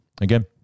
again